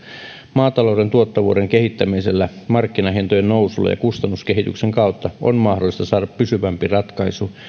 maatalouden tuottavuuden kehittämisellä markkinahintojen nousulla ja kustannuskehityksen kautta on mahdollista saada pysyvämpi ratkaisu